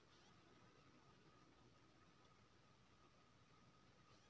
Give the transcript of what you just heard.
देशक आर्थिक प्रणाली मे गहिंकी आ नौकरियाक बेसी योगदान रहैत छै